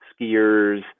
skiers